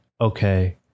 okay